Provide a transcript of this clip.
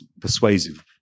persuasive